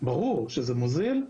ברור שזה מוזיל,